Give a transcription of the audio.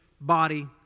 body